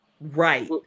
Right